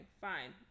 Fine